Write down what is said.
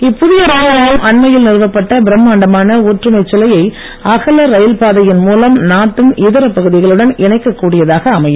இப்புதிய ரயில் நிலையம் அண்மையில் நிறுவப்பட்ட பிரம்மாண்டமான ஒற்றுமை சிலையை அகல ரயில் பாதையின் மூலம் நாட்டின் இதர பகுதிகளுடன் இணைக்கக் கூடியதாக அமையும்